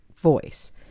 voice